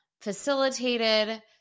facilitated